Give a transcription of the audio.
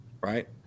Right